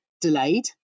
delayed